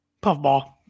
Puffball